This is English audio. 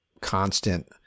constant